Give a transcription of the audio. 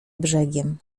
brzegiem